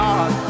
God